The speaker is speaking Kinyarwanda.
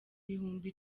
ibihumbi